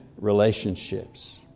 relationships